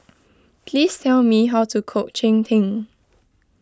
please tell me how to cook Cheng Tng